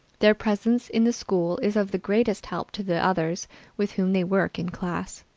their presence in the school is of the greatest help to the others with whom they work in class.